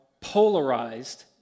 polarized